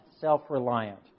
self-reliant